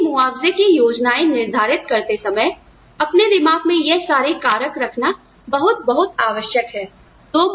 अपनी मुआवजे की योजनाएं निर्धारित करते समय अपने दिमाग में यह सारे कारक रखना बहुत बहुत आवश्यक है